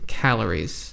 calories